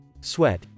Sweat